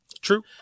true